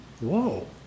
whoa